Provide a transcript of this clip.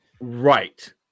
Right